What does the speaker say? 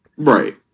Right